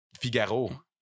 Figaro